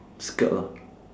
skirt lah